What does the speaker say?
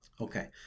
Okay